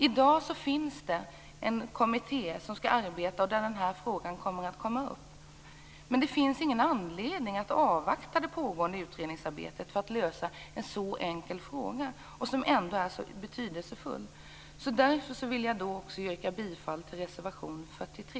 I dag finns det en kommitté som skall arbeta med den här frågan, men det finns ingen anledning att avvakta det pågående utredningsarbetet för att lösa en så enkel fråga som ändå är så betydelsefull. Därför vill jag också yrka bifall till reservation 43.